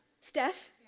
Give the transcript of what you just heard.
steph